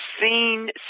seen